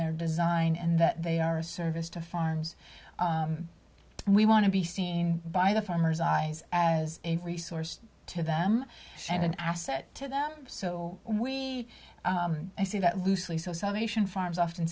their design and that they are a service to farms and we want to be seen by the farmers eyes as a resource to them and an asset to them so we see that loosely so salvation farms often